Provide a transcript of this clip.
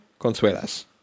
Consuelas